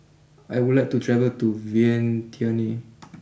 I would like to travel to Vientiane